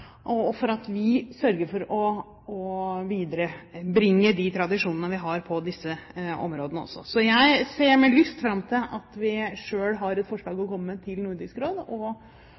og for å sørge for å viderebringe de tradisjonene vi har på disse områdene. Så jeg ser med lyst fram til at vi selv har et forslag å komme med til Nordisk Råd,